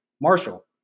Marshall